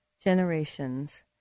generations